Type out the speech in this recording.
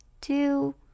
two